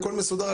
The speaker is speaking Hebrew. הכול מסודר,